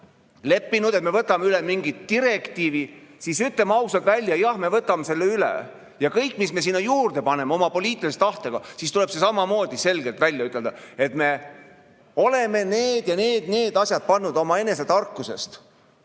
leppinud, et me võtame üle mingi direktiivi, siis ütleme ausalt välja: jah, me võtame selle üle. Kõik, mis me sinna juurde paneme oma poliitilise tahtega, tuleb samamoodi selgelt välja ütelda: me oleme need, need ja need asjad pannud siia juurde omaenese tarkusest